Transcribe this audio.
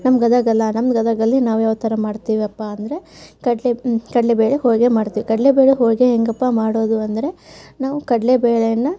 ನಮ್ಮ ಗದಗಲ್ಲ ನಮ್ಮ ಗದಗಲ್ಲಿ ನಾವು ಯಾವು ಥರ ಮಾಡ್ತೀವಿಯಪ್ಪಾ ಅಂದರೆ ಕಡಲೆ ಕಡಲೆ ಬೇಳೆ ಹೋಳಿಗೆ ಮಾಡ್ತೇವೆ ಕಡಲೆ ಬೇಳೆ ಹೋಳಿಗೆ ಹೆಂಗಪ್ಪ ಮಾಡೋದು ಅಂದರೆ ನಾವು ಕಡಲೆ ಬೇಳೆಯನ್ನು